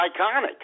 iconic